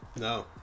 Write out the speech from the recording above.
no